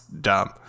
dumb